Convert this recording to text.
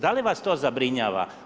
Da li vas to zabrinjava?